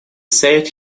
said